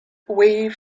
wave